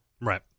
Right